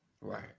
Right